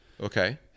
Okay